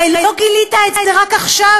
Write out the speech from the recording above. הרי לא גילית את זה רק עכשיו,